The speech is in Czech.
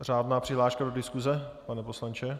Řádná přihláška do diskuse, pane poslanče?